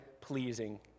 pleasing